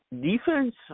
Defense